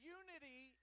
unity